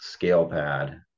ScalePad